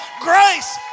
Grace